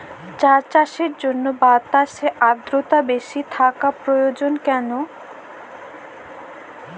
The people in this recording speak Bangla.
চা চাষের জন্য বাতাসে আর্দ্রতা বেশি থাকা প্রয়োজন কেন?